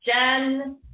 Jen